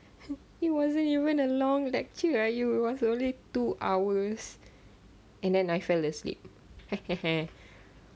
it wasn't even a long lecture !aiyo! it was only two hours and then I fell asleep